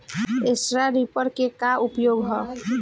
Straw reaper क का उपयोग ह?